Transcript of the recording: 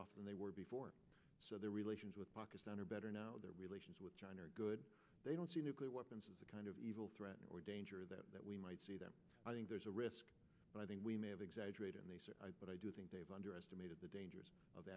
off than they were before so their relations with pakistan are better now their relations with china are good they don't see nuclear weapons as a kind of evil threat or danger that we might see them i think there's a risk but i think we may have exaggerated but i do think they've underestimated the dangers of